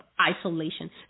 isolation